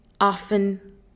often